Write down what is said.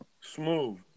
smooth